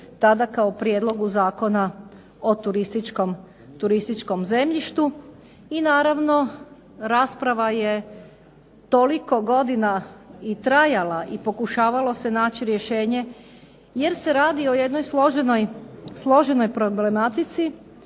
tada kao prijedlogu Zakona o turističkom zemljištu, i naravno rasprava je toliko godina i trajala i pokušavalo se naći rješenje jer se radi o jednoj složenoj problematici